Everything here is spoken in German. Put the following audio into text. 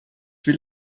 will